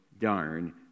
darn